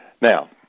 Now